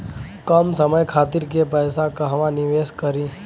कम समय खातिर के पैसा कहवा निवेश करि?